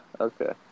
Okay